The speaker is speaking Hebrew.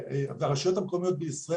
והרשויות המקומיות בישראל,